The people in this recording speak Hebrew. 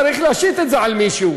צריך להשית את זה על מישהו.